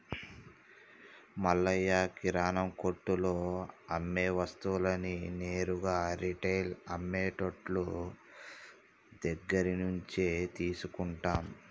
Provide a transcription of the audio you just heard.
మల్లయ్య కిరానా కొట్టులో అమ్మే వస్తువులన్నీ నేరుగా రిటైల్ అమ్మె టోళ్ళు దగ్గరినుంచే తీసుకుంటాం